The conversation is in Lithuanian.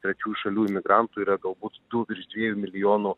trečių šalių imigrantų yra galbūt du virš dviejų milijonų